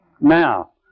Now